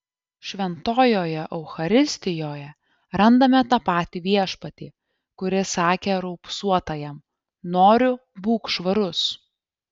šventojoje eucharistijoje randame tą patį viešpatį kuris sakė raupsuotajam noriu būk švarus